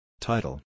Title